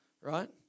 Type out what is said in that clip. right